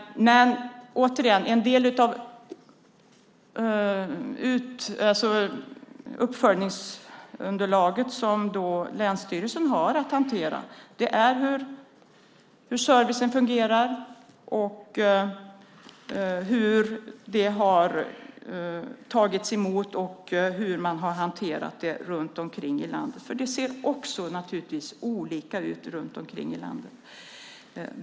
Återigen: En del av uppföljningsunderlaget, som länsstyrelserna har att hantera, är hur servicen fungerar, hur detta har tagits emot och hur man har hanterat det runt omkring i landet, för det ser naturligtvis olika ut runt omkring i landet.